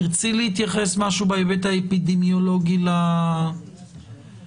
תרצי להתייחס בהיבט האפידמיולוגי לנושא